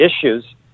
issues